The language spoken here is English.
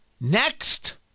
Next